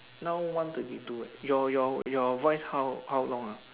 now one thirty two eh your your your voice how how long ah